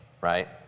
right